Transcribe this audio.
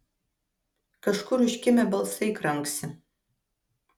kažkur užkimę balsai kranksi